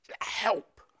help